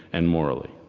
and morally.